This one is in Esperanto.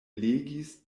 legis